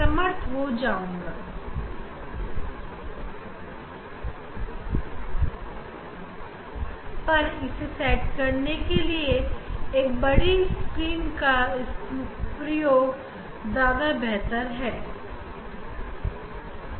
इस कारण यहां पर थोड़ी सी बड़ी स्क्रीन का इस्तेमाल बेहतर होगा है